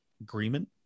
Agreement